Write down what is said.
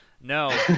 No